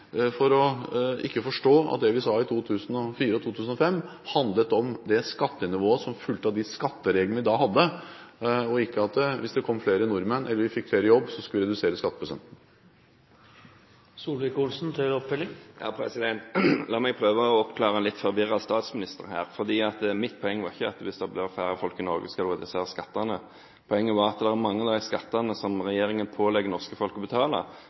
vi sa i 2004 og 2005, handlet om det skattenivået som fulgte av de skattereglene vi da hadde, og ikke av at hvis vi ble flere nordmenn, eller vi fikk flere i jobb, skulle vi redusere skatteprosenten. Ketil Solvik-Olsen – til oppfølgingsspørsmål. La meg prøve å oppklare for en litt forvirret statsminister. Mitt poeng var ikke at hvis det blir færre folk i Norge, så skal vi redusere skattene. Poenget var at mange av de skattene som regjeringen pålegger det norske folk å betale,